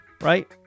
right